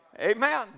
Amen